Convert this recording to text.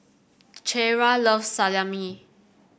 Ciera loves Salami